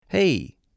Hey